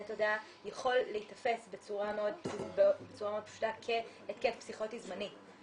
תודעה יכול להיתפס בצורה מאוד פשוטה כהתקף פסיכוטי זמני.